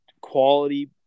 quality